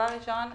ראשית,